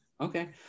Okay